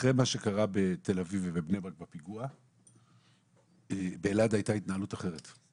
אחרי מה שקרה בתל אביב ובבני ברק בפיגוע באלעד הייתה התנהלות אחרת.